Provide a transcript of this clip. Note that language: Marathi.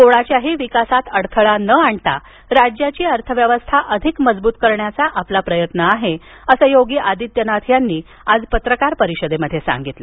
कोणाच्याही विकासात अडथळा न आणता राज्याची अर्थव्यवस्था अधिक मजबूत करण्याचा आपला प्रयत्न आहे असं योगी आदित्यनाथ यांनी आज पत्रकार परिषदेत सांगितलं